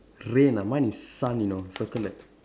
rain ah mine is sun you know circle that